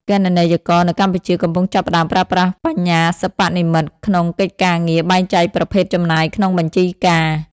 គណនេយ្យករនៅកម្ពុជាកំពុងចាប់ផ្តើមប្រើប្រាស់បញ្ញាសិប្បនិម្មិត ក្នុងកិច្ចការងារបែងចែកប្រភេទចំណាយក្នុងបញ្ជីការ។